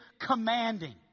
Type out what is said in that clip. commanding